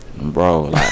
Bro